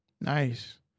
Nice